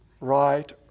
right